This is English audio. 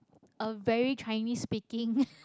a very Chinese speaking